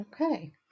okay